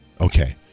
Okay